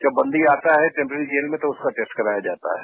जब बंदी आता है टम्परेरी जेल में तो उसका टेस्ट कराया जाता है